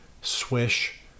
swish